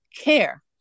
CARE